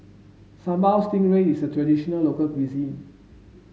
Sambal Stingray is a traditional local cuisine